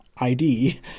ID